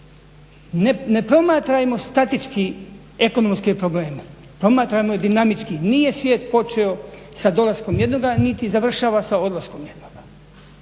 Ne promatrajmo statički ekonomske probleme, promatrajmo ih dinamički. Nije svijet počeo sa dolaskom jednoga niti završava sa odlaskom jednoga.